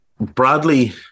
Bradley